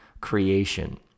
creation